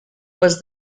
was